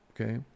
okay